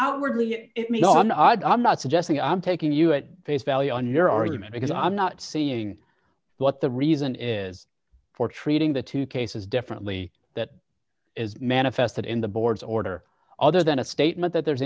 outwardly meon i'm not suggesting i'm taking you at face value on your argument because i'm not seeing what the reason is for treating the two cases differently that is manifested in the board's order other than a statement that there's